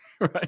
right